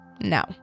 no